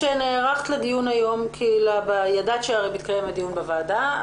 כשנערכת לדיון היום כי ידעת שמתקיים היום דיון בוועדה,